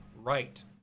right